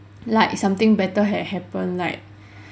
like something better had happened like